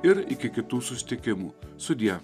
ir iki kitų susitikimų sudie